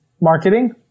marketing